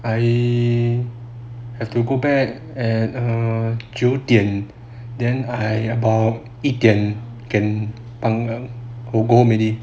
I have to go back at err 九点 then err 一点 like that can go home already